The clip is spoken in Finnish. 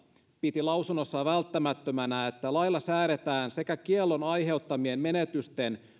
piti lausunnossaan välttämättömänä että lailla säädetään sekä kiellon aiheuttamien menetysten